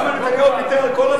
למה נתניהו ויתר על כל,